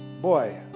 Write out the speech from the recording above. boy